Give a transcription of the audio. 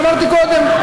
כפי שאמרתי קודם,